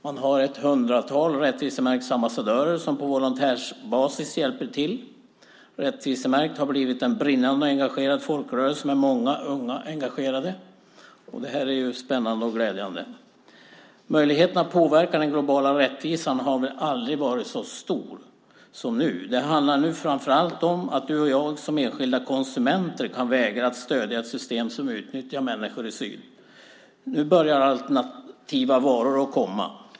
Man har ett hundratal rättvisemärktambassadörer, som på volontärbasis hjälper till. Rättvisemärkt har blivit en brinnande och engagerad folkrörelse med många unga engagerade. Det är spännande och glädjande! Möjligheterna att påverka den globala rättvisan har väl aldrig varit så stora som nu. Det handlar framför allt om att du och jag som enskilda konsumenter kan vägra att stödja ett system som utnyttjar människor i syd. Nu börjar alternativa varor komma.